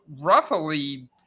roughly